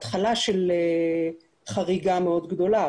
התחלה של חריגה מאוד גדולה.